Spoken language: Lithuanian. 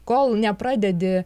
kol nepradedi